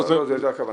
לא זאת הייתה הכוונה.